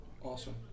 Awesome